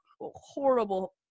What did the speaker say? horrible